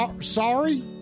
Sorry